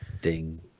Ding